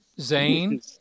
Zane